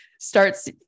Starts